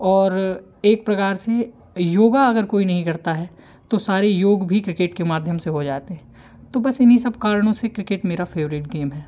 और एक प्रकार से योगा अगर कोई नहीं करता है तो सारे योग भी क्रिकेट के माध्यम से हो जाते हैं तो बस इन्हीं सब कारणों से क्रिकेट मेरा फ़ेवरेट गेम है